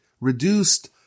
reduced